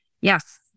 yes